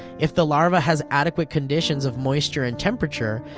if the larva has adequate conditions of moisture and temperature,